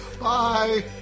bye